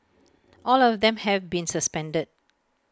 all of them have been suspended